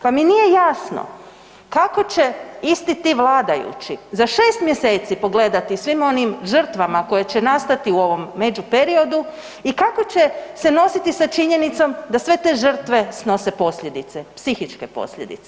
Pa mi nije jasno, kako će isti ti vladajući za 6 mj. pogledati svim onim žrtvama koje će nastati u ovom među periodu i kako će se nositi sa činjenicom da sve te žrtve snose posljedice, psihičke posljedice?